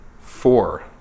four